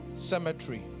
cemetery